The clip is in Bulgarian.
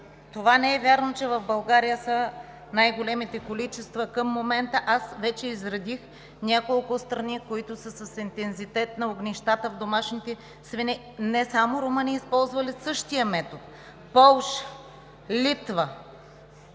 Не е вярно, че в България са най-големите количества към момента. Вече изредих няколко страни, които са с интензитет на огнищата – домашните свине, не само Румъния, използвали същия метод – Полша, Литва.